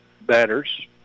batters